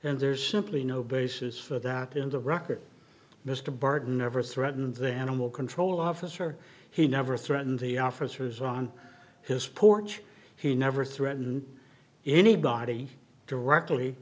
and there's simply no basis for that in the record mr burton never threatened them animal control officer he never threatened the officers on his porch he never threatened anybody directly